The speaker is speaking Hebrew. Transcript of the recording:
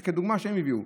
זו דוגמה שהם הביאו.